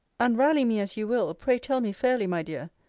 and, rally me as you will, pray tell me fairly, my dear,